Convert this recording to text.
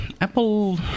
Apple